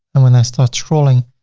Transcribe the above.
and when i start scrolling,